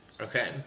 Okay